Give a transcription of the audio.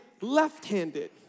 left-handed